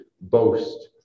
boast